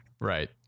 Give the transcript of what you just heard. Right